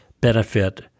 benefit